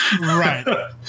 Right